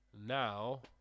now